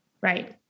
Right